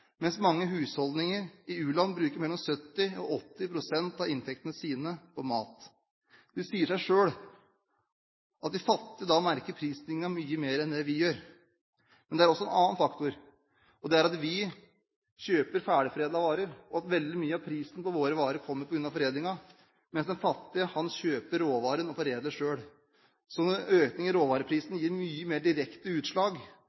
mens mange husholdninger i u-land bruker mellom 70 og 80 pst. av inntektene sine på mat. Det sier seg selv at de fattige da merker prisstigningen mye mer enn det vi gjør. Men det er også en annen faktor. Det er at vi kjøper ferdigforedlede varer, og veldig mye av prisen på våre varer kommer på grunn av foredlingen, mens den fattige kjøper råvaren og foredler selv. Så en økning i råvareprisen gir mye mer direkte utslag